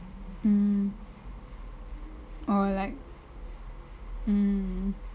mm orh like mm